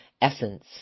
essence